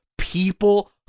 people